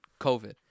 COVID